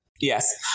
yes